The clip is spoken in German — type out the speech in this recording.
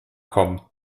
kommen